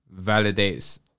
validates